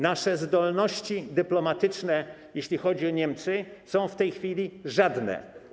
Nasze zdolności dyplomatyczne, jeśli chodzi o Niemcy, są w tej chwili żadne.